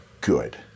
good